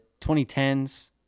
2010s